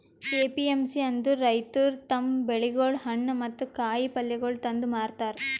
APMC ಅಂದುರ್ ರೈತುರ್ ತಮ್ ಬೆಳಿಗೊಳ್, ಹಣ್ಣ ಮತ್ತ ಕಾಯಿ ಪಲ್ಯಗೊಳ್ ತಂದು ಮಾರತಾರ್